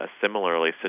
similarly